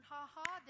Ha-ha